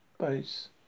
base